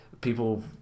people